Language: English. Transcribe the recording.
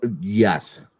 yes